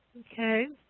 okay.